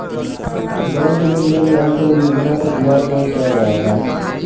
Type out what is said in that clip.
bank में मिल रहल सब योजना पर ब्याज दर तय रहला